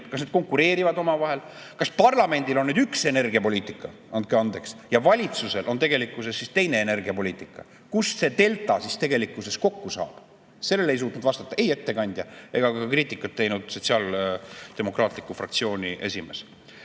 Kas need konkureerivad omavahel? Kas parlamendil on üks energiapoliitika, andke andeks, ja valitsusel on teine energiapoliitika? Kus see delta siis tegelikkuses kokku saab? Sellele ei suutnud vastata ei ettekandja ega ka kriitikat teinud sotsiaaldemokraatliku fraktsiooni esimees.